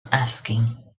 asking